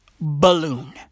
balloon